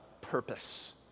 purpose